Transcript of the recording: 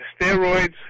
Steroids